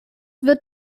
wird